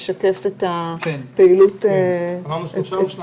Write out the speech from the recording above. אם כרגע ראש הממשלה הוא השר האחראי על שני